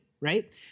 right